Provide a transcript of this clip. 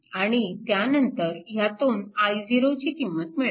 आणि त्यानंतर ह्यातून i0 ची किंमत मिळवा